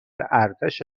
ارتش